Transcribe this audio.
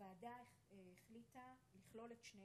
ונתחדשה בשעה